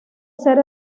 ser